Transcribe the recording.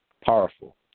powerful